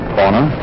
corner